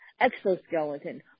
exoskeleton